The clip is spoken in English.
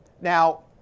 Now